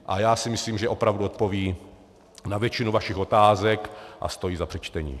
A já si myslím, že opravdu odpoví na většinu vašich otázek a stojí za přečtení.